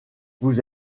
vous